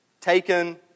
taken